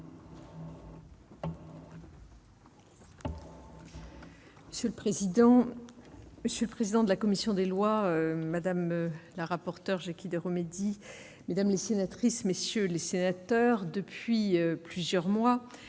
Monsieur le président, monsieur le président de la commission des lois, madame la rapporteure j'quitté remédie mesdames les sénatrices, messieurs les sénateurs, depuis plusieurs mois,